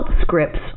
scripts